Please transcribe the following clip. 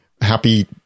Happy